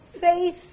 faith